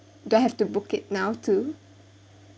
do I have to book it now too